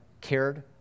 cared